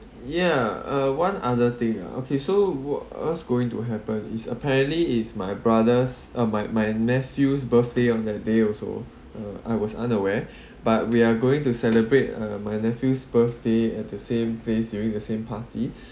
yeah uh one other thing ah okay so wha~ what's going to happen is apparently is my brothers uh my my nephew's birthday on that day also uh I was unaware but we are going to celebrate uh my nephew's birthday at the same place during the same party